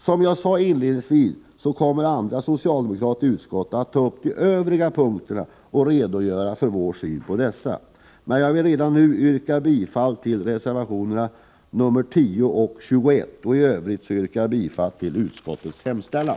Som jag sade inledningsvis kommer andra socialdemokrater i utskottet att ta upp de övriga punkterna och redogöra för vår syn på dessa. Men jag vill redan nu yrka bifall till reservationerna nr 10 och 21. I övrigt yrkar jag bifall till utskottets hemställan.